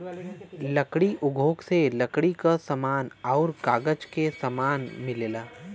लकड़ी उद्योग से लकड़ी क समान आउर कागज क समान मिलेला